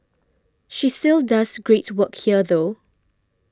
she still does great work here though